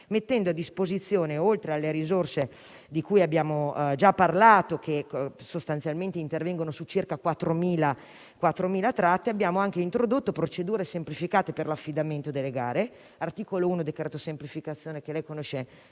autovetture private. Oltre alle risorse di cui abbiamo già parlato, che sostanzialmente intervengono su circa 4.000 tratte, abbiamo anche introdotto procedure semplificate per l'affidamento delle gare - è l'articolo 1 del decreto-legge semplificazione, che lei conosce